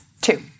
Two